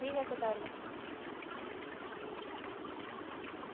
ঠিক আছে তাহলে হুম